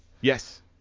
Yes